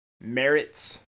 merits